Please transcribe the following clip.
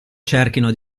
cerchino